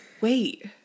wait